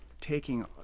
taking